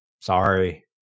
sorry